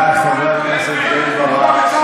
די, חבר הכנסת בן ברק.